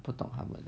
不懂他们